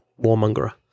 warmongerer